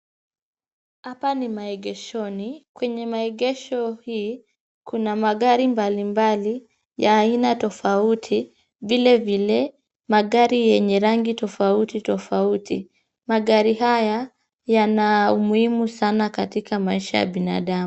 Apa ni maegeshoni. Kwenye maegesho hii, kuna magari mbali mbali ya aina tofauti. Vile vile, magari yenye rangi tofauti tofauti. Magari haya yana umuhimu sana katika maisha ya binadamu.